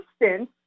instance